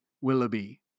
Willoughby